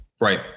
Right